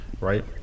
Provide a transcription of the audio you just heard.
right